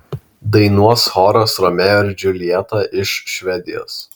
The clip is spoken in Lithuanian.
dainuos choras romeo ir džiuljeta iš švedijos